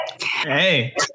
Hey